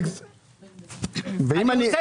אני רוצה